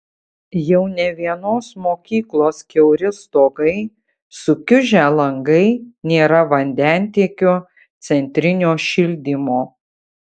jau ne vienos mokyklos kiauri stogai sukiužę langai nėra vandentiekio centrinio šildymo